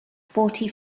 forty